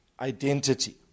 identity